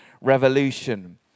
Revolution